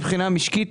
מבחינה משקית,